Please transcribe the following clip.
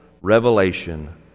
revelation